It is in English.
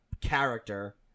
character